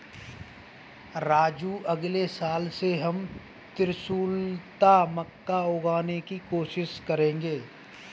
राजू अगले साल से हम त्रिशुलता मक्का उगाने की कोशिश करेंगे